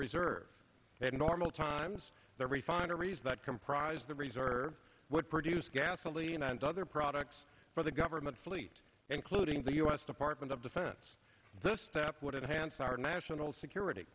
reserve in normal times the refineries that comprise the reserve would produce gasoline and other products for the government fleet including the u s department of defense this that would enhance our national security